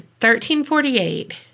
1348